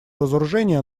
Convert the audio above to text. разоружения